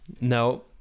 no